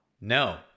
No